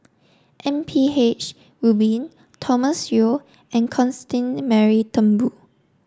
M P H Rubin Thomas Yeo and Constance Mary Turnbull